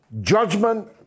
judgment